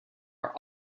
are